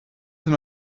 them